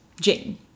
Jane